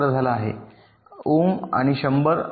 11 झाला आहे ओम 100